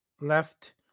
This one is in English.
Left